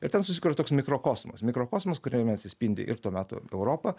ir ten susikuria toks mikrokosmas mikrokosmas kuriame atsispindi ir to meto europa